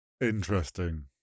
Interesting